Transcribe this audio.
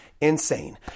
insane